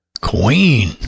queen